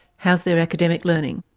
how's their academic learning?